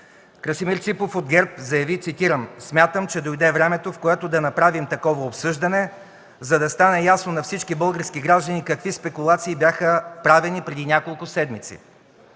Красимир Ципов от ГЕРБ заяви, цитирам: „Смятам, че дойде времето, в което да направим такова обсъждане, за да стане ясно на всички български граждани какви спекулации бяха правени преди няколко седмици.”